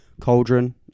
Cauldron